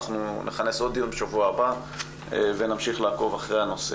אנחנו נכנס עוד דיון בשבוע הבא ונמשיך לעקוב אחרי הנושא.